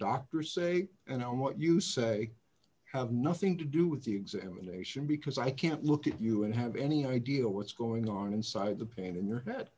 doctors say and what you say have nothing to do with the examination because i can't look at you and have any idea what's going on inside the pain in your head